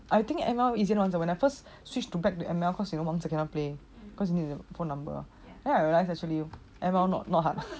I think M_L easier also at first I switched back to M_L because we cannot play cause of the phone number then I realise actually not hard